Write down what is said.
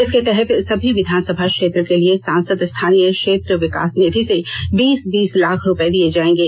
इसके तहत सभी विधानसभा क्षेत्र के लिए सांसद स्थानीय क्षेत्र विकास निधि से बीस बीस लाख रुपये दिए जाएंगे